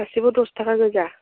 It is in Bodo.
गासिबो दस थाखा गोजा